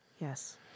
Yes